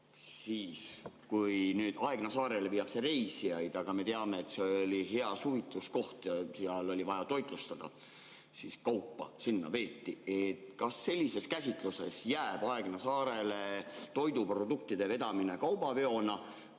Tallinna laht. Aegna saarele viiakse reisijaid, aga me teame, et kui see oli hea suvituskoht ja oli vaja toitlustada, siis kaupa sinna veeti. Kas sellises käsitluses jääb Aegna saarele toiduproduktide vedamine kaubaveoks